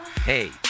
Hey